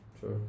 Sure